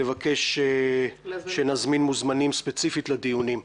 לבקש שנזמין מוזמנים ספציפית לדיונים.